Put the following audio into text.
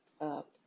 up